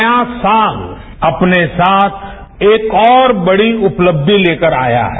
नया साल अपने साथ एक और बड़ी उपलबंध लेकर आया है